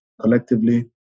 collectively